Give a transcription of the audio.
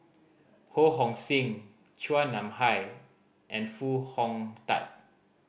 Ho Hong Sing Chua Nam Hai and Foo Hong Tatt